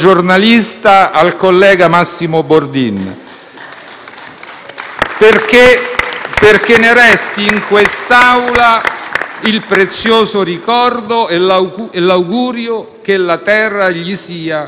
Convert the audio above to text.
perché ne resti in quest'Aula il prezioso ricordo e l'augurio che la terra gli sia eternamente lieve.